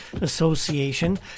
Association